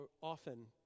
often